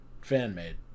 fan-made